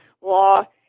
law